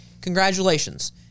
congratulations